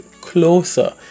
closer